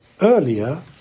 earlier